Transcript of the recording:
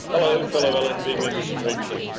hello fellow lnp members in redcliffe.